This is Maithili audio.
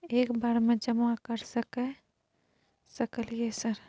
एक बार में जमा कर सके सकलियै सर?